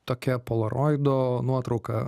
tokią polaroido nuotrauką